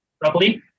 properly